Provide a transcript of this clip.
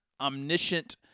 omniscient